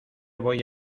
voy